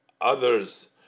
others